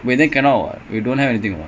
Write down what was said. she say no ah